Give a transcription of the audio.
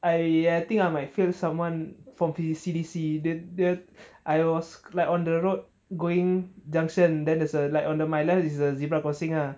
I I think I might feel fail someone from the C_D_C the the I was like on the road going junction then there's a light then on my left is the zebra crossing ah